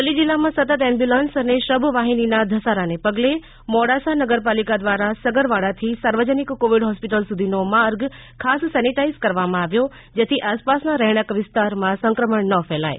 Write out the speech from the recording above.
અરવલ્લી જીલ્લામાં સતત એમ્બ્યુલન્સ અને શબ વાહિનીના ધસારાને પગલે મોડાસા નગરપાલિકા દ્વારા સગરવાડાથી સાર્વજનિક કોવિડ હોસ્પિટલ સુધીનો માર્ગ ખાસ સેનિટાઇઝ કરવામાં આવ્યો જેથી આસપાસના રહેણાંક વિસ્તારમાં સંકમણ ન ફેલાય